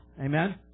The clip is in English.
Amen